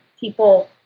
people